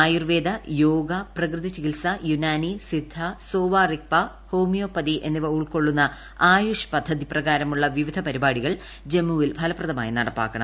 ആയുർവേദ യോഗ പ്രകൃതി ചികിത്സ യുനാനി സിദ്ധ സോവ റിഗ്പ ഹോമിയോപതി എന്നിവ ഉൾക്കൊള്ളുന്ന ആയുഷ് പദ്ധതി പ്രകാരമുള്ള വിവിധ പരിപാടികൾ ജമ്മുവിൽ ഫലപ്രദമായി നടപ്പാക്കണം